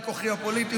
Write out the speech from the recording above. אני מודע לכוחי הפוליטי,